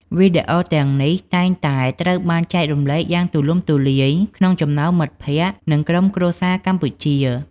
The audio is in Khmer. វីដេអូទាំងនេះតែងតែត្រូវបានចែករំលែកយ៉ាងទូលំទូលាយក្នុងចំណោមមិត្តភក្តិ និងក្រុមគ្រួសារកម្ពុជា។